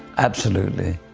absolutely!